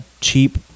cheap